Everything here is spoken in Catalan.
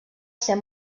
ser